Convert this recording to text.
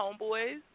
homeboys